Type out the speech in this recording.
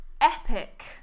epic